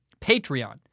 Patreon